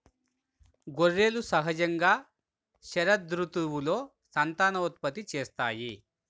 గొర్రెలు సహజంగా శరదృతువులో సంతానోత్పత్తి చేస్తాయి